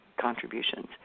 contributions